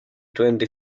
twenty